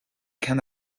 can